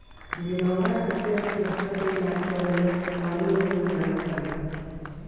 बिनौला के तेल कैंसर के इलाज करे में तनीमनी काम करेला